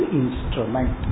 instrument